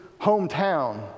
hometown